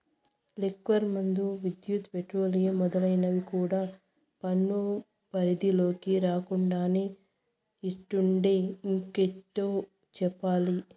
liquor మందు, విద్యుత్, petroleum మొదలైనవి కూడా పన్ను పరిధిలోకి రాకుండానే ఇట్టుంటే ఇంకేటి చెప్పాలి